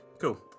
Cool